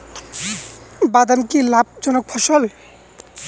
বাদাম কি লাভ জনক ফসল?